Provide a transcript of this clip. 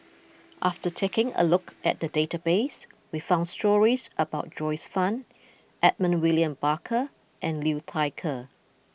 after taking a look at the database we found stories about Joyce Fan Edmund William Barker and Liu Thai Ker